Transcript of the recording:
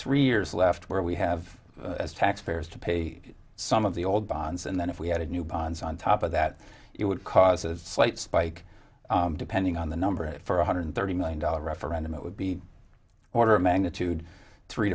three years left where we have as taxpayers to pay some of the old bonds and then if we had a new bonds on top of that it would cause a slight spike depending on the number for one hundred thirty million dollars referendum it would be order of magnitude three